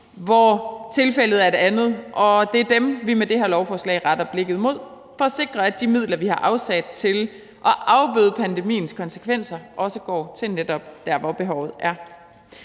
hvor tilfældet er et andet, og det er dem, vi med det her lovforslag retter blikket mod for at sikre, at de midler, vi har afsat til at afbøde pandemiens konsekvenser, også går til netop der, hvor behovet er.